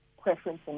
preference